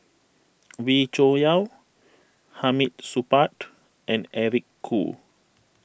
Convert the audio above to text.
Wee Cho Yaw Hamid Supaat and Eric Khoo